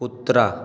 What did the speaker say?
कुत्रा